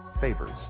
favors